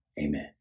Amen